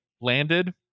landed